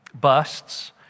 busts